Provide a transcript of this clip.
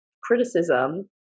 criticism